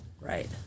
right